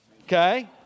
Okay